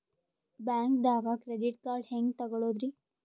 ಬ್ಯಾಂಕ್ದಾಗ credit card ಹೆಂಗ್ ತಗೊಳದ್ರಿ?